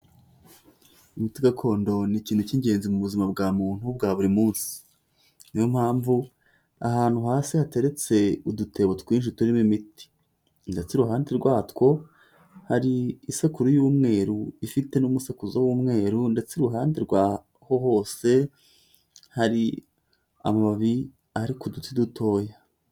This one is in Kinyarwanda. Imiti gakondo ni ikintu cy'ingenzi mu buzima bwa muntu bwa buri munsi, ni yo mpamvu aha hantu hasi hateretse udutebo twinshi turimo imiti, ndetse iruhande rwatwo, hari isakuru y'umweru, ifite n'umusekuzo w'umweru, ndetse iruhande rw'aho hose hari amababi ari ku duti dutoya.